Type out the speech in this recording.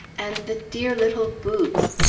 and the dear little boots!